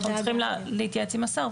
אנחנו צריכים להתייעץ עם השר,